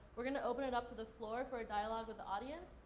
we're gonna open it up to the floor for a dialogue with the audience.